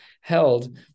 held